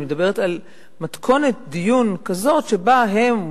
אני מדברת על מתכונת דיון כזאת שבה הם,